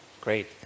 Great